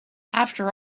after